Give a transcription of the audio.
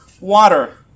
water